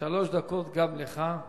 שלוש דקות גם לך.